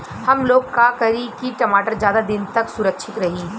हमलोग का करी की टमाटर ज्यादा दिन तक सुरक्षित रही?